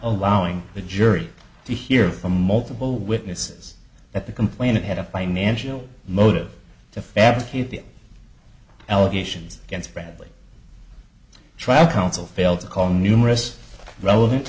allowing the jury to hear from multiple witnesses at the complainant had a financial motive to fabricate the allegations against bradley track counsel failed to call numerous relevant